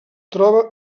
troba